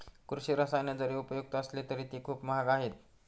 कृषी रसायने जरी उपयुक्त असली तरी ती खूप महाग आहेत